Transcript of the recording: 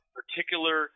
particular